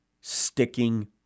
sticking